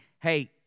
hey